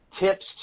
tips